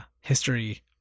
history